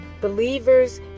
believers